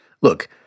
look—